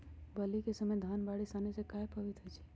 बली क समय धन बारिस आने से कहे पभवित होई छई?